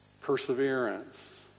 perseverance